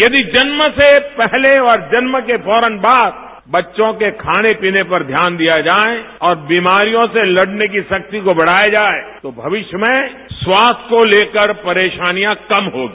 यदि जन्म से पहले और जन्म के फौरन बाद बच्चों के खाने पीने पर ध्यान दिया जाए और बीमारियों से लड़ने की शक्ति को बढ़ाया जाए तो भविष्य में स्वास्थ्य को लेकर परेशानियां कम होंगी